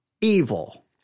evil